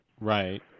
Right